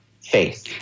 faith